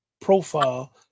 profile